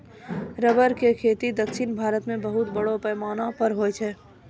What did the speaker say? rubber के खेती दक्षिण भारत मॅ बहुत बड़ो पैमाना पर होय छै